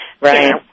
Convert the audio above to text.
Right